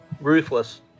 ruthless